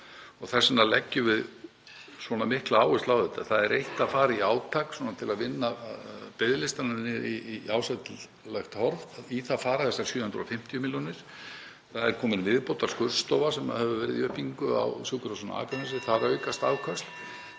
Þess vegna leggjum við svona mikla áherslu á þetta. Það er eitt að fara í átak til að vinna biðlistana í ásættanlegt horf. Í það fara þessar 750 milljónir. Það er komin viðbótarskurðstofa sem hefur verið í uppbyggingu á sjúkrahúsinu á Akranesi. Þar aukast afköst.